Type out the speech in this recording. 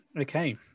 Okay